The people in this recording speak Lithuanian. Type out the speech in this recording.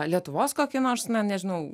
lietuvos kokį nors na nežinau